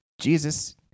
Jesus